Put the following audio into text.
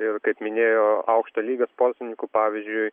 ir kaip minėjo aukšto lygio sportininkų pavyzdžiui